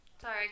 Sorry